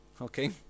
Okay